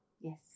Yes